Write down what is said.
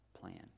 plan